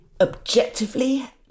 objectively